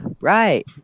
right